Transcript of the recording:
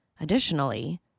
Additionally